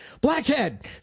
blackhead